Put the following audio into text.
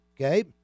okay